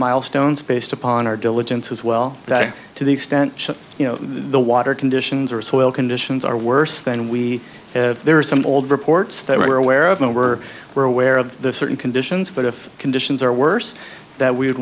milestones based upon our diligence as well that are to the extent that you know the water conditions are soil conditions are worse than we have there are some old reports that we're aware of and we're we're aware of the certain conditions but if conditions are worse that we would